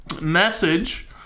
message